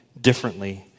differently